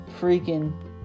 freaking